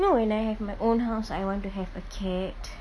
you know when I have my own house I want to have a cat